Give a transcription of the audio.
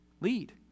lead